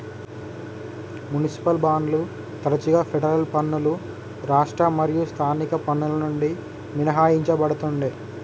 municipal బాండ్లు తరచుగా federal పన్నులు రాష్ట్ర మరియు స్థానిక పన్నుల నుండి మినహాయించబడతుండే